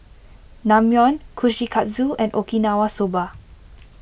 Naengmyeon Kushikatsu and Okinawa Soba